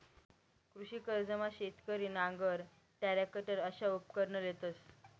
कृषी कर्जमा शेतकरी नांगर, टरॅकटर अशा उपकरणं लेतंस